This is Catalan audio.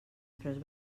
preus